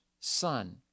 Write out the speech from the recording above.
son